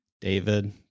David